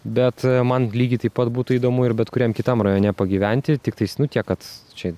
bet man lygiai taip pat būtų įdomu ir bet kuriam kitam rajone pagyventi tiktais nu tiek kad čia